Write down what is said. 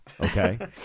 okay